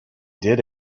did